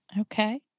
Okay